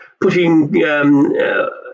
putting